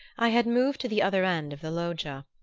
i had moved to the other end of the loggia.